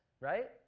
right